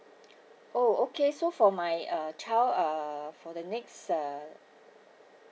oh okay so for my uh child uh for the next the